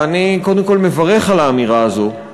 ואני קודם כול מברך על האמירה הזאת,